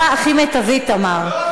בדרך המיטבית, תמר.